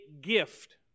gift